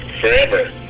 forever